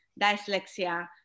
dyslexia